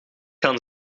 gaan